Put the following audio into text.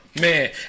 Man